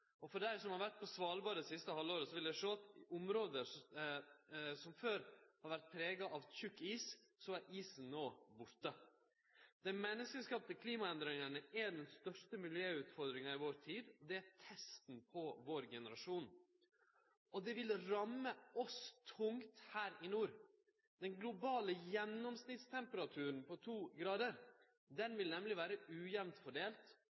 Dei som har vore på Svalbard det siste halvåret, har fått sjå at i område som før har vore prega av tjukk is, er isen no borte. Dei menneskeskapte klimaendringane er den største miljøutfordringa i vår tid. Det er testen for vår generasjon. Dei vil ramme oss tungt her i nord. Aukinga i den globale gjennomsnittstemperaturen på to gradar vil nemleg vere ujamnt fordelt,